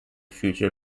future